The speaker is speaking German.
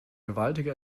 gewaltige